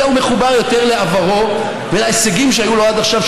אלא הוא מחובר יותר לעברו ולהישגים שהיו לו עד עכשיו,